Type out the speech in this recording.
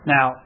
Now